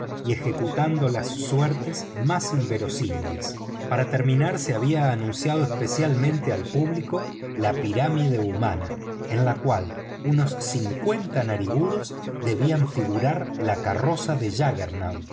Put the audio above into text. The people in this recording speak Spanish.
y ejecutando suertes inverosímiles para terminar se había anunciado especialmente al público la pirámide humana en la cual unos cincuenta narigudos debían figurar la carroza de